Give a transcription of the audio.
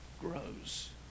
grows